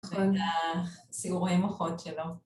ואת הסיעורי מוחות שלו.